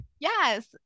Yes